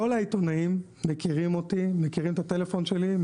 כל העיתונאים מכירים אותי מכירים את הטלפון שלי,